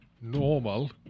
normal